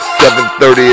7:30